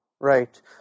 right